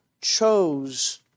chose